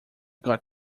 got